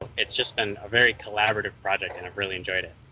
it's just been a very collaborative project and i've really enjoyed it.